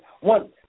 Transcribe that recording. One